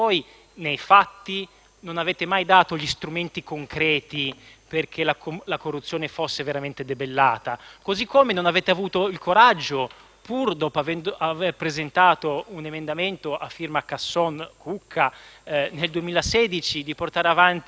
non avete mai dato gli strumenti concreti affinché la corruzione fosse veramente debellata. Allo stesso modo non avete avuto il coraggio, pur dopo aver presentato un emendamento a firma Casson e Cucca nel 2016, di portare avanti le norme